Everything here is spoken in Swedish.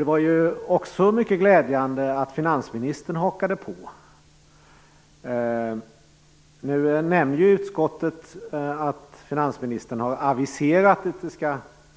Det var också mycket glädjande att finansministern hakade på. Utskottet nämner att finansministern har aviserat